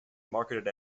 marketed